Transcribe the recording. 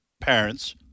parents